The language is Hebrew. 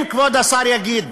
אם כבוד השר יגיד